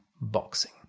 boxing